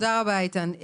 תודה רבה איתן.